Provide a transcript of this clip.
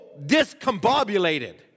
discombobulated